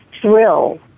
thrill